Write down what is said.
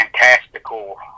fantastical